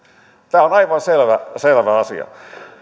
tämä on aivan selvä selvä asia